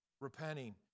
repenting